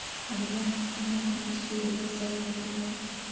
हरिया मिट्टी में बीज के उपज सही होते है?